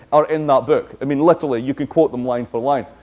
are in that book. i mean, literally, you could quote them line for line.